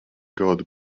god